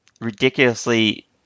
ridiculously